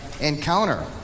encounter